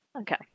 Okay